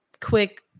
quick